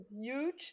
huge